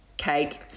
Kate